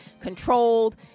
controlled